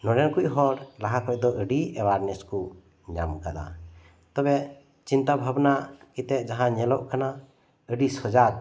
ᱱᱚᱰᱮᱱ ᱠᱩᱡ ᱦᱚᱲ ᱞᱟᱦᱟ ᱠᱷᱚᱡ ᱫᱚ ᱟᱹᱰᱤ ᱟᱭᱟᱨᱱᱮᱥ ᱠᱩ ᱧᱟᱢ ᱟᱠᱟᱫᱟ ᱛᱚᱵᱮ ᱪᱤᱱᱛᱟ ᱵᱷᱟᱵᱱᱟ ᱠᱟᱛᱮᱡ ᱡᱟᱦᱟᱸ ᱧᱮᱞᱚᱜ ᱠᱟᱱᱟ ᱟᱹᱰᱤ ᱥᱚᱡᱟᱠ